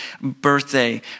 birthday